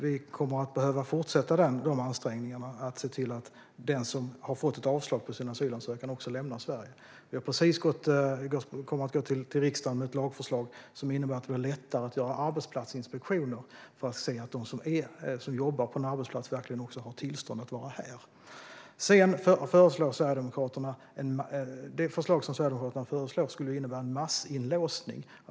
Vi kommer att behöva fortsätta dessa ansträngningar för att se till att den som har fått ett avslag på sin asylansökan också lämnar Sverige. Vi kommer precis med ett lagförslag till riksdagen som innebär att det ska bli lättare att göra arbetsplatsinspektioner för att se att de som jobbar på en arbetsplats verkligen har tillstånd att vara här. Sverigedemokraternas förslag skulle innebära en massinlåsning.